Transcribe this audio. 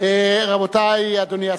(האיחוד הלאומי):